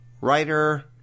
Writer